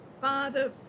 Father